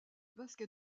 basket